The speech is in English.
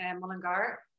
Mullingar